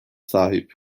sahip